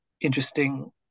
interesting